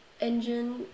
engine